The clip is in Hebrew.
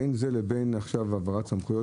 בין זה לבין עכשיו העברת סמכויות,